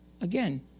Again